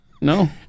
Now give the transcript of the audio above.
No